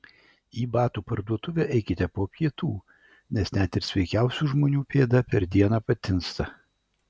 į batų parduotuvę eikite po pietų nes net ir sveikiausių žmonių pėda per dieną patinsta